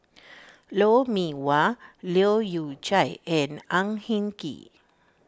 Lou Mee Wah Leu Yew Chye and Ang Hin Kee